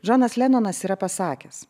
džonas lenonas yra pasakęs